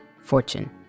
fortune